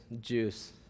juice